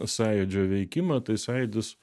sąjūdžio veikimą tai sąjūdis